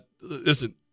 listen